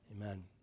Amen